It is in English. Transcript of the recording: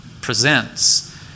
presents